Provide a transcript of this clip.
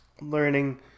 learning